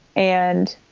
and